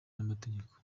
n’amategeko